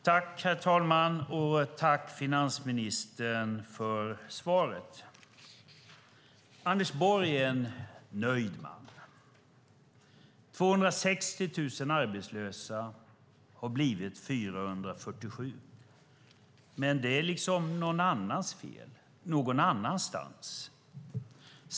Herr talman! Tack, finansministern, för svaret! Anders Borg är en nöjd man. 260 00 arbetslösa har blivit 447 000, men det är liksom någon annans fel någon annanstans.